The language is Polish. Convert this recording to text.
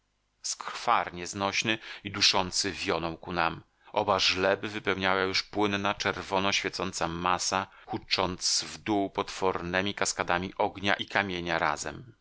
skwar nieznośny i duszący wionął ku nam oba żleby wypełniała już płynna czerwono świecąca masa hucząc w dół potwornemi kaskadami ognia i kamienia razem